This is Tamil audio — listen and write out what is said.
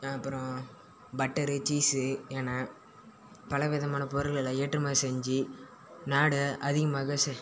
அப்புறம் பட்டர் சீசு என பலவிதமான பொருள்களை ஏற்றுமதி செஞ்சு நாடை அதிகமாக செ